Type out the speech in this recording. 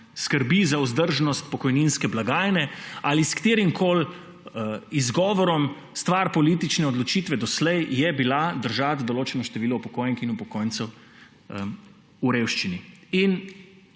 skrbi za vzdržnost pokojninske blagajne ali s katerimkoli izgovorom, stvar politične odločitve doslej je bila držati določeno število upokojenk in upokojencev v revščini.